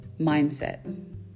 mindset